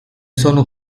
sono